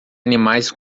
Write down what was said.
animais